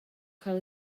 cael